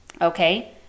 okay